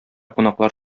кунаклар